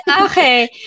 okay